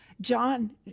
John